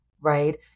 right